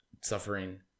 suffering